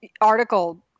article